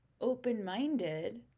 open-minded